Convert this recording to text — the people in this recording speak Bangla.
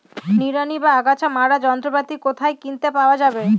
নিড়ানি বা আগাছা মারার যন্ত্রপাতি কোথায় কিনতে পাওয়া যাবে?